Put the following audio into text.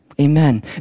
Amen